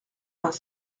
vingt